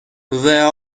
there